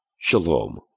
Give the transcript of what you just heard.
Shalom